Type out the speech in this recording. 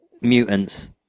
mutants